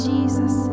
Jesus